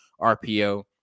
RPO